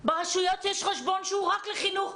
ברשויות יש גם חשבון שהוא רק לחינוך.